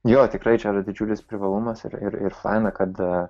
jo tikrai čia didžiulis privalumas ir ir faina kad